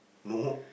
no